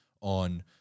on